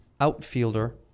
outfielder